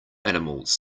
animals